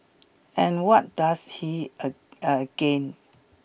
and what does he a again